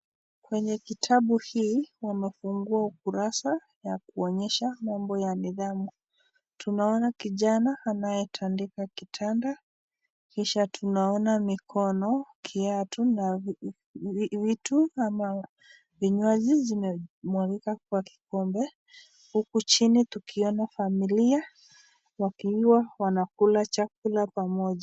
Kwenye kitabu hii wamefungua ukurasa wa kuonyesha mambo ya nidhamu, tumeona kijana anayetandika kitanda kisha tunaona mikono kiatu na vitu ama vinywaji vinamwagika kwa kikombe huku chini tukiona familia wakiwa wanakula chakula pamoja.